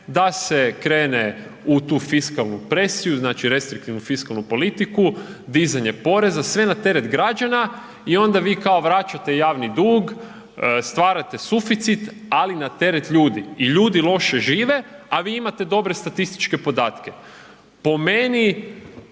da se krene u tu fiskalnu presiju, znači restriktivnu fiskalnu politiku, dizanje poreza, sve na teret građana i onda vi kao vraćate javni dug, stvarate suficit, ali na teret ljudi i ljudi loše žive, a vi imate dobre statističke podatke. Po meni